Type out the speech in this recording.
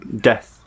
death